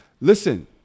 Listen